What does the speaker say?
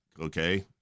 Okay